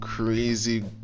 Crazy